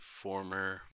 former